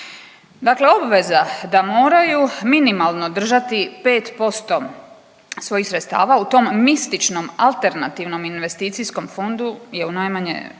Dakle, obveza da moraju minimalno držati 5% svojih sredstava u tom mističnom alternativnom investicijskom fondu je u najmanju